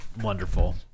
wonderful